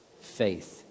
faith